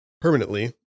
permanently